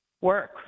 work